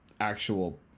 actual